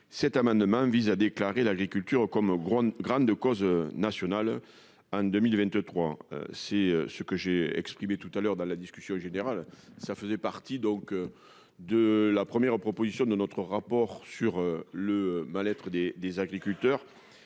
cet amendement vise à déclarer l'agriculture comme grande, grande cause nationale en 2023, c'est ce que j'ai exprimé tout à l'heure dans la discussion générale, ça faisait partie donc de la première proposition de notre rapport sur le mal-être des des agriculteurs,